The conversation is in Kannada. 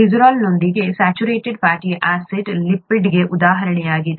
ಗ್ಲಿಸರಾಲ್ನೊಂದಿಗೆ ಸ್ಯಾಚುರೇಟೆಡ್ ಫ್ಯಾಟಿ ಆಸಿಡ್ ಲಿಪಿಡ್ಗೆ ಉದಾಹರಣೆಯಾಗಿದೆ